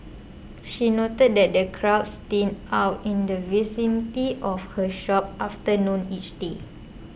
she noted that the crowds thin out in the vicinity of her shop after noon each day